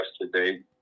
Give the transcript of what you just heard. yesterday